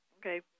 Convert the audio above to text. Okay